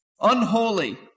unholy